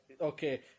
okay